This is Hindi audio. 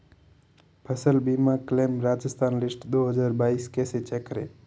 फसल बीमा क्लेम राजस्थान लिस्ट दो हज़ार बाईस कैसे चेक करें?